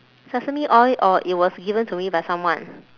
sesame oil orh it was given to me by someone